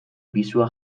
pisua